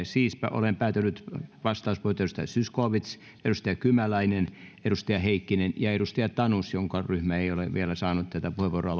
siispä olen päätynyt myöntämään vastauspuheenvuorot seuraaville edustaja zyskowicz edustaja kymäläinen edustaja heikkinen ja edustaja tanus jonka ryhmä ei ole vielä saanut tätä puheenvuoroa